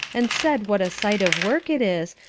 and said what a sight of work it is,